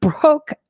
broke